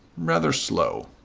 rather slow,